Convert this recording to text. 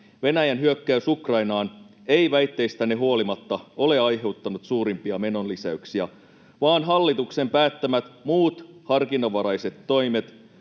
Venäjän hyökkäys Ukrainaan ei väitteistänne huolimatta ole aiheuttanut suurimpia menolisäyksiä vaan hallituksen päättämät muut harkinnanvaraiset toimet